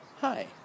Hi